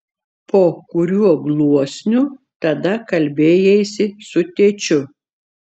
po kuriuo gluosniu tada kalbėjaisi su tėčiu